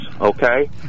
Okay